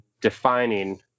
defining